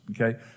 okay